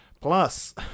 Plus